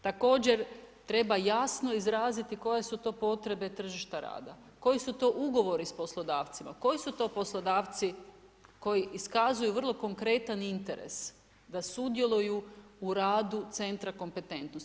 Također treba jasno izraziti koje su to potrebe tržišta rada, koji su to ugovori sa poslodavcima, koji su to poslodavci koji iskazuju vrlo konkretan interes da sudjeluju u radu centra kompetentnosti.